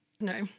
no